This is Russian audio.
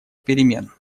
перемен